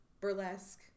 burlesque